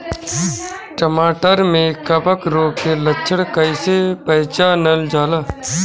टमाटर मे कवक रोग के लक्षण कइसे पहचानल जाला?